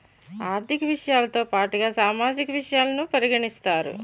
ఆర్థిక విషయాలతో పాటుగా సామాజిక విషయాలను పరిగణిస్తారు